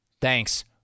Thanks